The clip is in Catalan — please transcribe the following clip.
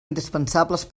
indispensables